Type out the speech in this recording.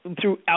throughout